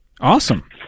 Awesome